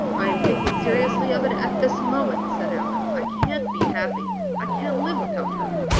i am thinking seriously of it at this moment, said allan. i can't be happy i can't live without her.